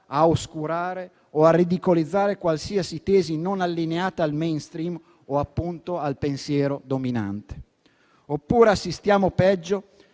a oscurare o a ridicolizzare qualsiasi tesi non allineata al *mainstream* o, appunto, al pensiero dominante. Oppure assistiamo, peggio,